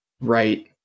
right